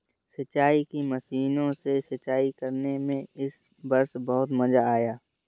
सिंचाई की मशीनों से सिंचाई करने में इस वर्ष बहुत मजा आया